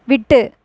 விட்டு